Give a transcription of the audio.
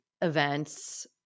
events